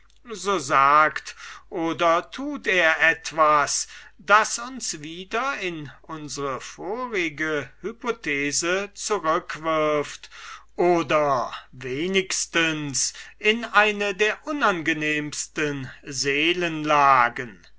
so sagt oder tut er etwas das uns wieder in unsre vorige hypothese zurückwirft oder wenigstens in eine der unangenehmsten